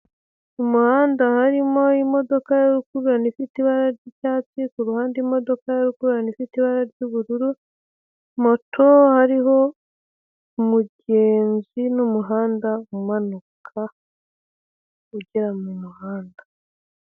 Umuhanda harimo imodoka yurukurana ifite ibara ryicyatsi ku ruhande imodoka ya rukururana ifite ibara ry'ubururu moto hariho umugenzi n'umuhanda umanuka ugera mu muhanda.